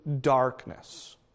darkness